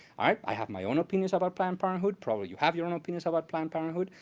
i have my own opinions about planned parenthood, probably you have your own opinions about planned parenthood.